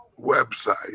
website